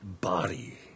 body